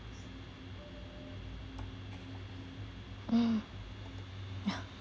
mm ya